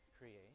create